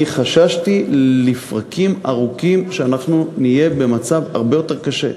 אני חששתי לפרקים ארוכים שאנחנו נהיה במצב הרבה יותר קשה,